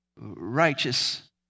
righteous